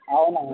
అవునవును